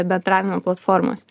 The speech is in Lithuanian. bendravimo platformos